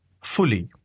fully